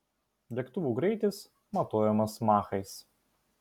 lėktuvų greitis matuojamas machais